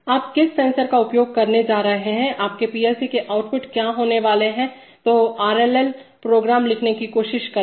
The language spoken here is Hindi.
आप किस सेंसर का उपयोग करने जा रहे हैं आपके पीएलसी के आउटपुट क्या होने वाले हैंतो आरएलएल प्रोग्राम लिखने की कोशिश करें